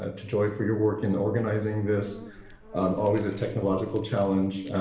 ah to joy for your work in organizing this um always a technological challenge